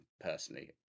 personally